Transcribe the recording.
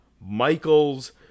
Michaels